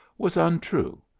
was untrue,